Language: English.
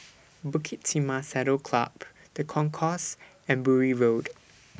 Bukit Timah Saddle Club The Concourse and Bury Road